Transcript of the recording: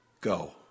go